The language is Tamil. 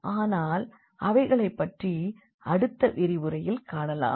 ஆனால் அவைகளை பற்றி அடுத்த விரிவுரையில் காணலாம்